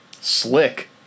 Slick